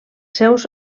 seus